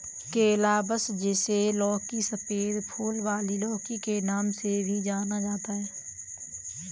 calabash, जिसे लौकी, सफेद फूल वाली लौकी के नाम से भी जाना जाता है